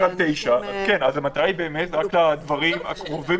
--- המטרה היא באמת רק לדברים הקרובים